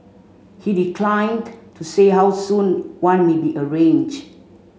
he declined to say how soon one may be arranged